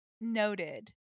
noted